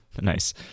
nice